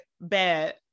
bad